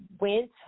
went